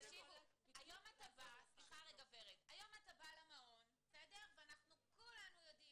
היום אתה בא למעון ואנחנו כולנו יודעים